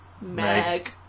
Meg